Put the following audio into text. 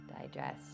digest